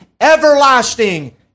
everlasting